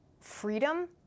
freedom